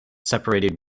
separated